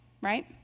right